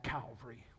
Calvary